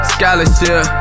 Scholarship